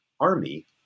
Army